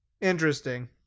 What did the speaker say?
interesting